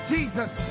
Jesus